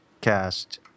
cast